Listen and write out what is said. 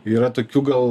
yra tokių gal